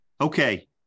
Okay